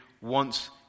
wants